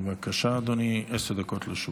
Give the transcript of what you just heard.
בבקשה, אדוני, עשר דקות לרשותך.